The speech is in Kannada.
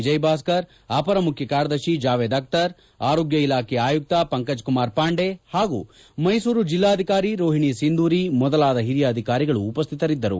ವಿಜಯಭಾಸ್ಕರ್ ಅಪರ ಮುಖ್ಯ ಕಾರ್ಯದರ್ಶಿ ಜಾವೇದ್ ಅಖ್ತರ್ ಆರೋಗ್ಯ ಇಲಾಖೆ ಆಯುತ್ತ ಪಂಕಜ್ ಕುಮಾರ್ ಪಾಂಡೆ ಹಾಗೂ ಮೈಸೂರು ಜಿಲ್ಲಾಧಿಕಾರಿ ರೋಹಿಣಿ ಸಿಂಧೂರಿ ಮೊದಲಾದ ಹಿರಿಯ ಅಧಿಕಾರಿಗಳು ಉಪಸ್ಥಿತರಿದ್ದರು